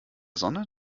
sonne